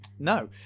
No